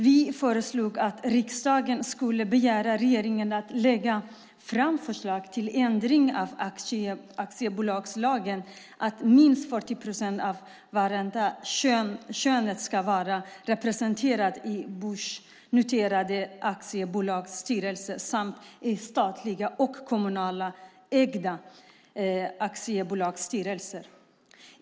Vi föreslog att riksdagen skulle begära att regeringen skulle lägga fram ett förslag till en ändring av aktiebolagslagen som innebar att minst 40 procent av vartdera könet skulle vara representerat i börsnoterade aktiebolags styrelser samt i statligt och kommunalt ägda aktiebolags styrelser.